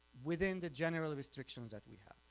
within the general restrictions that we have.